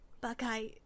Buckeye